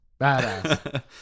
badass